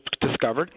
discovered